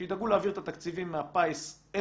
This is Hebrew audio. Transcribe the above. שידאגו להעביר את התקציבים מהפיס אל